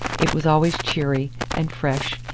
it was always cheery, and fresh,